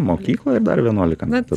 mokykloj ir dar vienuolika metų